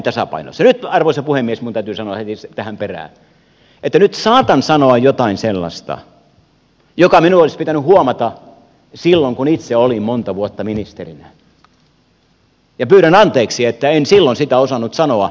nyt arvoisa puhemies minun täytyy sanoa heti tähän perään että nyt saatan sanoa jotain sellaista mikä minun olisi pitänyt huomata silloin kun itse olin monta vuotta ministerinä ja pyydän anteeksi että en silloin sitä osannut sanoa